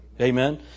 Amen